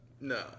No